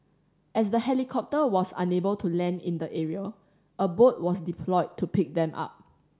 as the helicopter was unable to land in the area a boat was deployed to pick them up